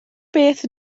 beth